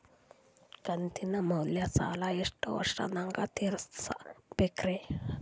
ಕಂತಿನ ಮ್ಯಾಲ ಸಾಲಾ ಎಷ್ಟ ವರ್ಷ ನ್ಯಾಗ ತೀರಸ ಬೇಕ್ರಿ?